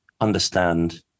understand